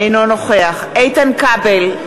אינו נוכח איתן כבל,